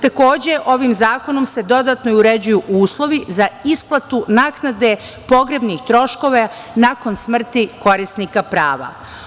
Takođe, ovim zakonom se dodatno uređuju uslovi za isplatu naknade pogrebnih troškova nakon smrti korisnika prava.